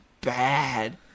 bad